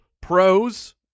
pros